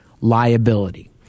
liability